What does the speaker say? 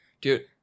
Dude